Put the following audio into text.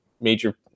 major